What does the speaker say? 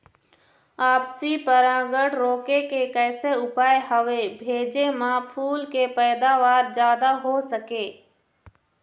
आपसी परागण रोके के कैसे उपाय हवे भेजे मा फूल के पैदावार जादा हों सके?